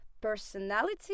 personality